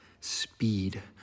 Speed